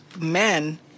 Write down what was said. men